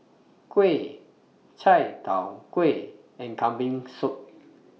Kuih Chai Tow Kuay and Kambing Soup